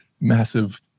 massive